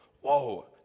whoa